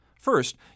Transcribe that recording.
First